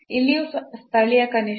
ಇಲ್ಲಿಯೂ ಸ್ಥಳೀಯ ಕನಿಷ್ಠ